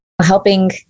helping